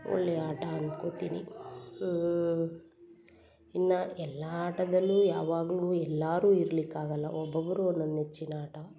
ಒಳ್ಳೆಯ ಆಟ ಅಂದ್ಕೋತೀನಿ ಇನ್ನು ಎಲ್ಲ ಆಟದಲ್ಲೂ ಯಾವಾಗಲೂ ಎಲ್ಲರೂ ಇರಲಿಕ್ಕಾಗಲ್ಲ ಒಬ್ಬೊಬ್ಬರು ಒಂದೊಂದು ನೆಚ್ಚಿನ ಆಟ